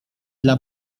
dla